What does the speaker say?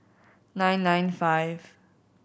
nine nine five